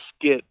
get